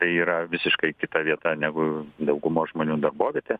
yra visiškai kita vieta negu daugumos žmonių darbovietė